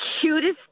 cutest